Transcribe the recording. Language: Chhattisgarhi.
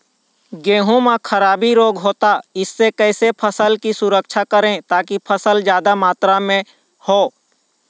गेहूं म खराबी रोग होता इससे कैसे फसल की सुरक्षा करें ताकि फसल जादा मात्रा म हो?